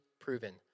proven